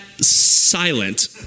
silent